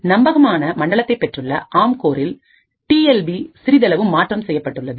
நம்பகமான மண்டலத்தை பெற்றுள்ள ஆம் கோர்ரில் டி எல் பி சிறிதளவு மாற்றம் செய்யப்பட்டுள்ளது